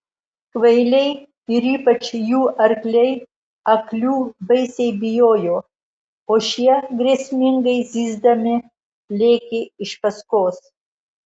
kvailiai ir ypač jų arkliai aklių baisiai bijojo o šie grėsmingai zyzdami lėkė iš paskos